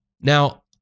Now